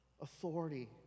authority